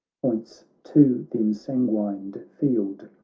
points to the ensanguined field,